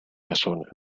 casona